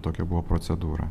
tokia buvo procedūra